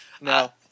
No